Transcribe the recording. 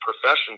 profession